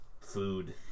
food